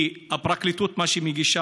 כי הפרקליטות, מה שהיא מגישה,